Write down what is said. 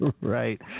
right